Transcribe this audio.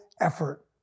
effort